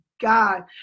God